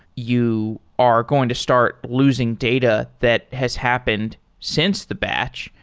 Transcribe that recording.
you are going to start losing data that has happened since the batch.